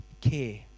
care